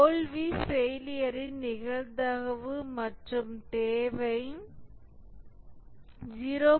தோல்விஃபெயிலியரின் நிகழ்தகவு மற்றும் தேவை 0